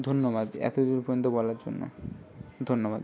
ধন্যবাদ এত দূর পর্যন্ত বলার জন্য ধন্যবাদ